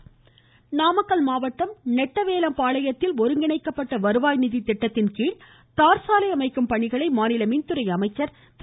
தங்கமணி நாமக்கல் மாவட்டம் நெட்டவேலம்பாளையத்தில் ஒருங்கிணைக்கப்பட்ட வருவாய் நிதி திட்டத்தின்கீழ் தார் சாலை அமைக்கும் பணிகளை மாநில மின்துறை அமைச்சர் திரு